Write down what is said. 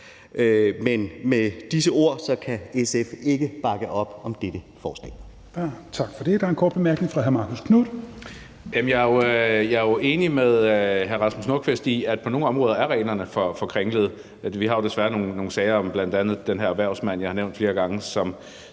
Men med disse ord kan SF ikke bakke op om dette forslag.